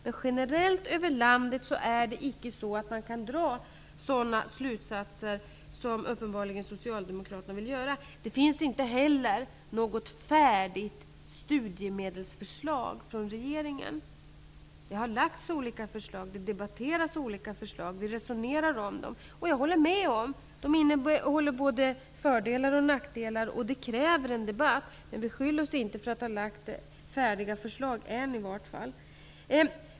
Men generellt över landet kan man inte dra sådana slutsatser som Socialdemokraterna uppenbarligen vill göra. Det finns inte heller något färdigt studiemedelsförslag från regeringen. Det har lagts fram olika förslag, olika förslag har debatterats, och vi resonerar om dem. De innehåller både fördelar och nackdelar, och det kräver en debatt. Men beskyll oss inte för att ha lagt fram färdiga förslag!